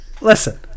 listen